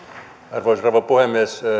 arvoisa rouva puhemies